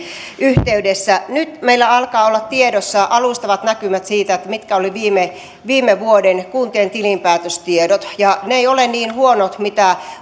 yhteydessä nyt meillä alkavat olla tiedossa alustavat näkymät siitä mitkä olivat viime viime vuoden kuntien tilinpäätöstiedot ja ne eivät ole niin huonot kuin mitä